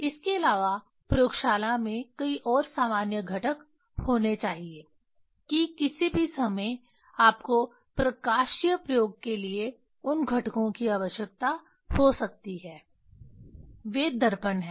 इसके अलावा प्रयोगशाला में कई और सामान्य घटक होने चाहिए कि किसी भी समय आपको प्रकाशीय प्रयोग के लिए उन घटकों की आवश्यकता हो सकती है वे दर्पण हैं